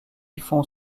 font